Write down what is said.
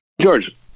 george